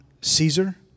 Caesar